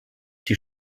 die